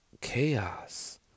chaos